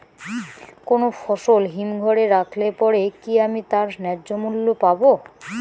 কোনো ফসল হিমঘর এ রাখলে পরে কি আমি তার ন্যায্য মূল্য পাব?